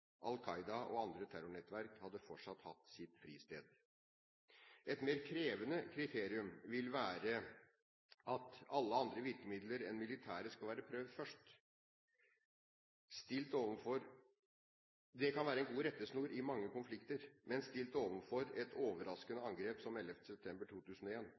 og andre terrornettverk hadde fortsatt hatt sitt fristed. Et mer krevende kriterium vil være at «alle andre virkemidler enn militære skal være prøvd først». Det kan være en god rettesnor i mange konflikter, men stilt overfor et overraskende angrep som 11. september